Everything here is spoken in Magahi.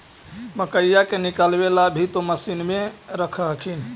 मकईया के निकलबे ला भी तो मसिनबे रख हखिन?